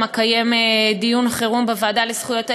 גם אקיים דיון חירום בוועדה לזכויות הילד,